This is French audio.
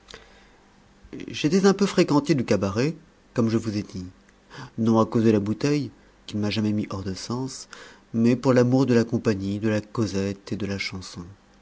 j'étais un peu fréquentier du cabaret comme je vous ai dit non à cause de la bouteille qui ne m'a jamais mis hors de sens mais pour l'amour de la compagnie de la causette et de la chanson